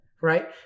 right